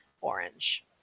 orange